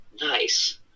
Nice